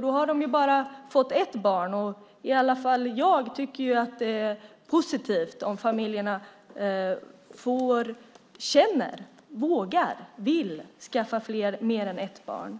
Då har de ju bara fått ett barn, och i alla fall jag tycker att det är positivt om familjerna vågar och vill skaffa mer än ett barn.